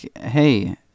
hey